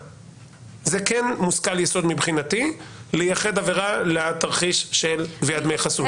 - מבחינתי זה כן מושכל יסוד לתרחיש של גביית דמי חסות.